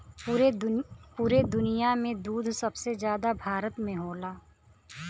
पुरे दुनिया में दूध सबसे जादा भारत में होला